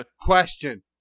Question